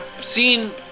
seen